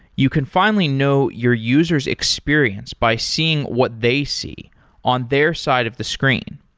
you can finally know your user s experience by seeing what they see on their side of the screen.